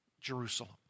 Jerusalem